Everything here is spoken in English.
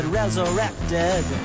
resurrected